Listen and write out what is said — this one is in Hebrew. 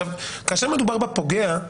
כאשר מדובר בפוגע,